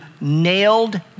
nailed